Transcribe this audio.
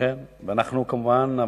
כולנו מצטרפים, כמובן.